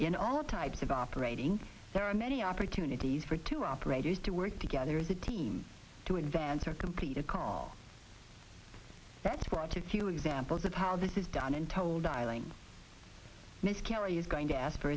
in all types of operating there are many opportunities for two operators to work together as a team to advance or complete a call that's warranted few examples of how this is done untold dialing miscarry is going to ask for